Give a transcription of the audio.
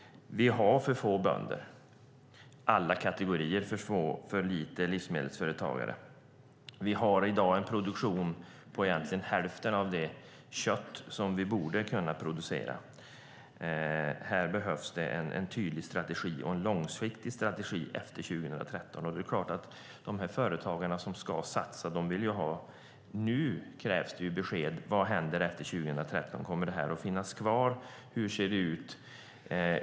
Vi har för få bönder. Vi har för få livsmedelsföretagare i alla kategorier. I dag har vi en köttproduktion som ligger på ungefär hälften av det som vi borde kunna producera. Här behövs det en tydlig och långsiktig strategi efter 2013. De företagare som ska satsa vill ha besked nu om vad som händer efter 2013. Kommer det här att finnas kvar? Hur ser det ut?